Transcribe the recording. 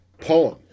poem